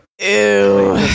ew